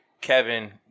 Kevin